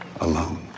alone